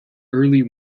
early